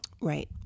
Right